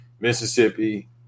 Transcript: Mississippi